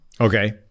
Okay